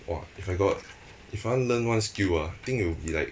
!wah! if I got if I want to learn one skill ah I think it would be like